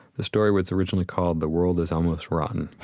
the story was originally called the world is almost rotten.